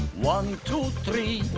one, two, three